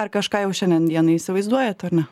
ar kažką jau šiandien dienai įsivaizduojat ar ne